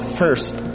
first